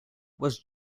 was